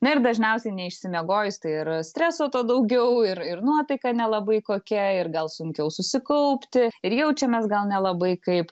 na ir dažniausiai neišsimiegojus tai yra streso tuo daugiau ir ir nuotaika nelabai kokia ir gal sunkiau susikaupti ir jaučiamės gal nelabai kaip